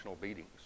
beatings